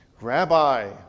Rabbi